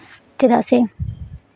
ᱪᱮᱫᱟᱜ ᱥᱮ